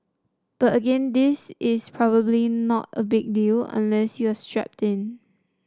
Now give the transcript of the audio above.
but again this is probably not a big deal unless you are strapped in